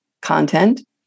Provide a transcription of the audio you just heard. content